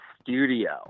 studio